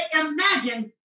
imagine